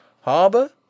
harbour